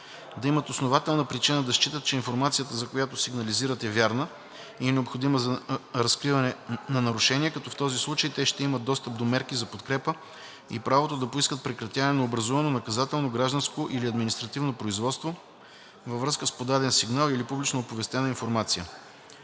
да имат основателна причина да считат, че информацията, за която сигнализират, е вярна и необходима за разкриване на нарушение, като в този случай те ще имат достъп до мерки за подкрепа и правото да поискат прекратяване на образувано наказателно, гражданско или административно производство във връзка с подаден сигнал или публично оповестена информация.